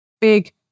Big